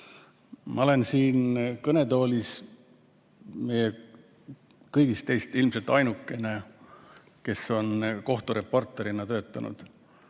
Ma olen siin kõnetoolis kõigist teist ilmselt ainuke, kes on kohtureporterina töötanud,